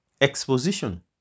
Exposition